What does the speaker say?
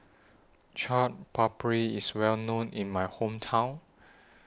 Chaat Papri IS Well known in My Hometown